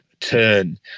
turn